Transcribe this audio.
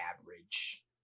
average